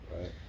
Right